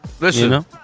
Listen